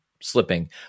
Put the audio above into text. slipping